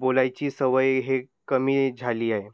बोलायची सवय हे कमी झाली आहे